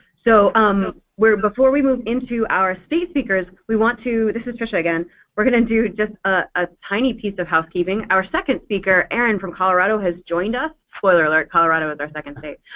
so um before we move into our state speakers we want to this is tricia again we're going to do just a tiny piece of housekeeping. our second speaker, erin from colorado, has joined us spoiler alert colorado is our second state.